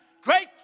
great